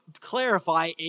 clarify